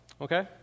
Okay